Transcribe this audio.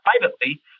privately